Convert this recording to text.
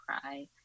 cry